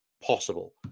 possible